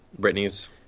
Britney's